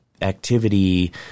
activity